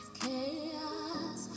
chaos